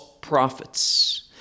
prophets